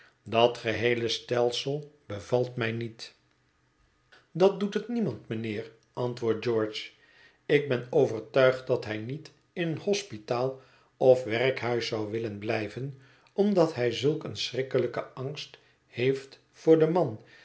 dat geheele stelsel bevalt mij niet dat doet het niemand mijnheer antwoordt george ik ben overtuigd dat hij niet in een hospitaal of werkhuis zou willen blijven omdat hij zulk een schrikkelijken angst heeft voor den man